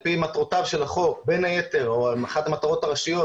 על פי מטרותיו של החוק אחת המטרות הראשיות